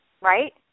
Right